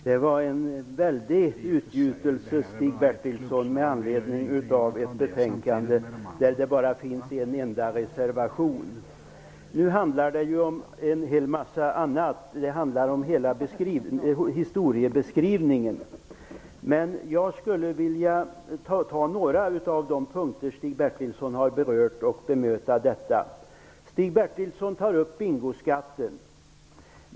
Herr talman! Det var en väldig utgjutelse, Stig Bertilsson, med anledning av ett betänkande där det egentligen bara finns en enda reservation. Nu handlar det plötsligt om en massa annat. Det handlar om hela historieskrivningen. Jag skulle vilja ta tag i några av de punkter som Stig Bertilsson berört för att bemöta detta. Stig Bertilsson tar upp frågan om bingoskatten.